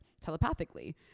telepathically